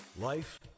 Life